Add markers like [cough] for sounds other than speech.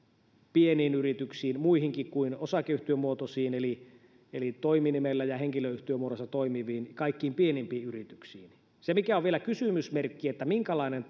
pieniin yrityksiin muihinkin kuin osakeyhtiömuotoisiin eli eli toiminimellä ja henkilöyhtiömuodossa toimiviin kaikkein pienimpiin yrityksiin se mikä on vielä kysymysmerkki on se minkälainen [unintelligible]